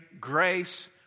grace